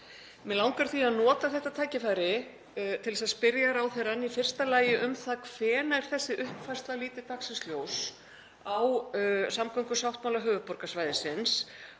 Mig langar því að nota þetta tækifæri til að spyrja ráðherrann í fyrsta lagi um það hvenær þessi uppfærsla líti dagsins ljós á samgöngusáttmála höfuðborgarsvæðisins